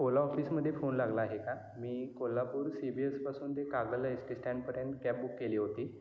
ओला ऑफिसमध्ये फोन लागला आहे का मी कोल्हापूर सी बी एसपासून ते कागल एस टी स्टँडपर्यंत कॅब बुक केली होती